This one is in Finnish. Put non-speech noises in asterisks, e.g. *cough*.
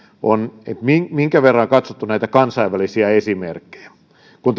on minkä minkä verran on katsottu näitä kansainvälisiä esimerkkejä ja kun *unintelligible*